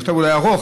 מכתב אולי ארוך,